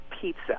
Pizza